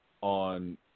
on